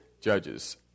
judges